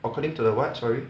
according to the what sorry